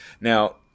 Now